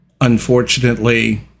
unfortunately